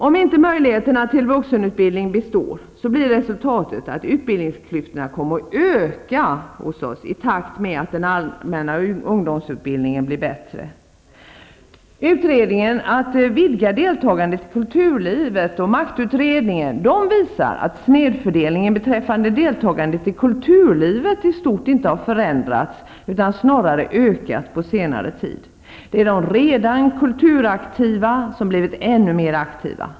Om inte möjligheterna till vuxenutbildning består blir resultatet att utbildningsklyftorna ökar i takt med att den allmänna ungdomsutbildningen blir bättre. Maktutredningen och utredningen ''Att vidga deltagandet i kulturlivet'' visar att snedfördelningen beträffande deltagandet i kulturlivet snarare har ökat på senare tid. Det är de redan kulturaktiva som har blivit ännu mer aktiva.